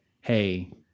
Hey